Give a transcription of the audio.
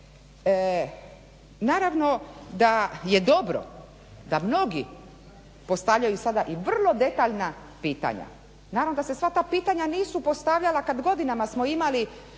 Naravno da je dobro da mnogi postavljaju sada i vrlo detaljna pitanja, naravno da se sva ta pitanja nisu postavljala kad godinama smo imali